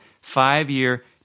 five-year